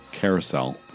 carousel